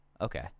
Okay